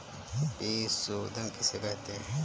बीज शोधन किसे कहते हैं?